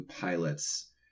pilots